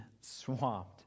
swamped